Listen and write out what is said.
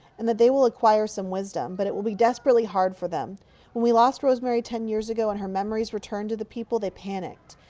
and that they will acquire some wisdom. but it will be desperately hard for them. when we lost rosemary ten years ago, and her memories re-turned to the people, they panicked.